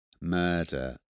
murder